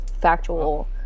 factual